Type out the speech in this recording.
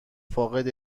فاقد